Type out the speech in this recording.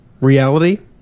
reality